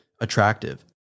attractive